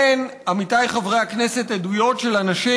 אלה הם, עמיתיי חברי הכנסת, עדויות של אנשים